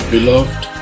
Beloved